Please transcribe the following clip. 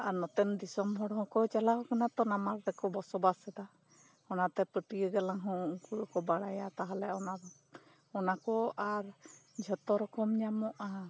ᱟᱨ ᱱᱚᱛᱮᱱ ᱫᱤᱥᱟᱹᱢ ᱦᱚᱲᱦᱚᱸ ᱠᱚ ᱪᱟᱞᱟᱣ ᱠᱟᱱᱟᱠᱚ ᱱᱟᱢᱟᱞ ᱛᱮᱠᱚ ᱵᱚᱥᱚᱵᱟᱥᱮᱫᱟ ᱚᱱᱟᱛᱮ ᱯᱟᱹᱴᱤᱭᱟᱹ ᱜᱟᱞᱟᱝ ᱦᱚᱸ ᱩᱱᱠᱩ ᱫᱚᱠᱚ ᱵᱟᱲᱟᱭᱟ ᱛᱟᱦᱚᱞᱮ ᱚᱱᱟ ᱚᱱᱟᱠᱚ ᱟᱨ ᱡᱷᱚᱛᱚ ᱨᱚᱠᱚᱢ ᱧᱟᱢᱚᱜᱼᱟ